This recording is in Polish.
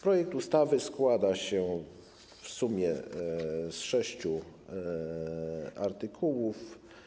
Projekt ustawy składa się w sumie z sześciu artykułów.